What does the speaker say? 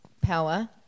power